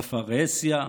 בפרהסיה,